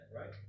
right